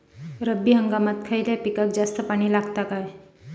रब्बी हंगामात खयल्या पिकाक जास्त पाणी लागता काय?